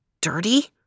Dirty